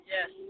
Yes